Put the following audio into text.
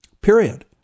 Period